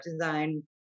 design